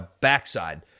backside